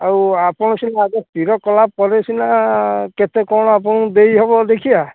ଆଉ ଆପଣ ସିନା ଆଗ ସ୍ଥିର କଲା ପରେ ସିନା କେତେ କ'ଣ ଆପଣଙ୍କୁ ଦେଇ ହେବ ଦେଖିବା